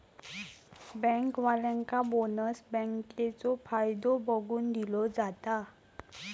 बँकेवाल्यांका बोनस बँकेचो फायदो बघून दिलो जाता